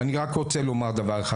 אני רק רוצה לומר דבר אחד,